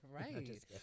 right